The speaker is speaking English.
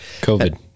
covid